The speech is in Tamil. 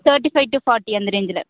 தேர்ட்டி ஃபைவ் டூ ஃபார்ட்டி அந்த ரேஞ்சில்